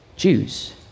Jews